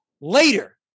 later